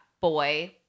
boy